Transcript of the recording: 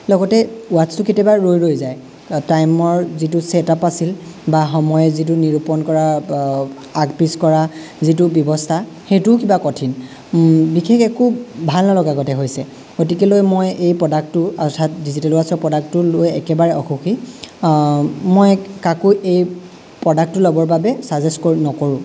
লগতে ৱাটচ্ছটো কেতিয়াবা ৰৈ ৰৈ যায় আৰ টাইমৰ যিটো ছেট আপ আছিল বা সময় যিটো নিৰূপণ কৰা আগ পিছ কৰা যিটো ব্যৱস্থা সেইটোও কিবা কঠিন বিশেষ একো ভাল নলগা গতে হৈছে গতিকে লৈ মই এই প্ৰডাক্টটোৰ অৰ্থাৎ ডিজিটেল ৱাটচ্ছৰ প্ৰডাক্টটো লৈ একেবাৰে অসুখী মই কাকো এই প্ৰডাক্টটো লব'ৰ বাবে ছাজেষ্ট কৰোঁ নকৰোঁ